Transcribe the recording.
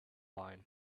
line